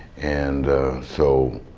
and so,